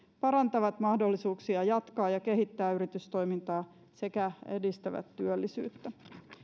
parantavat mahdollisuuksia jatkaa ja kehittää yritystoimintaa sekä edistävät työllisyyttä